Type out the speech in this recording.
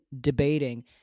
debating